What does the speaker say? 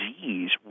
disease